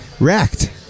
wrecked